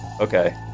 Okay